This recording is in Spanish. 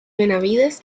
benavides